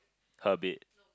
her bed